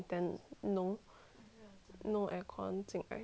no aircon 进来